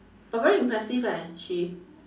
but very impressive leh she